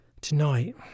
Tonight